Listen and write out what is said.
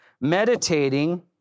meditating